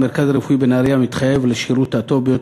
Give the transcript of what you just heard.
המרכז הרפואי בנהרייה מתחייב לשירות הטוב ביותר,